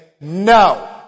No